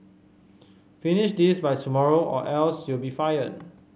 finish this by tomorrow or else you'll be fired